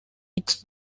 its